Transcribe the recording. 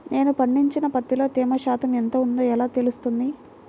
నేను పండించిన పత్తిలో తేమ శాతం ఎంత ఉందో ఎలా తెలుస్తుంది?